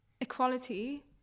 equality